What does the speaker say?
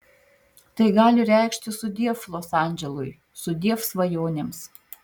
tai gali reikšti sudiev los andželui sudiev svajonėms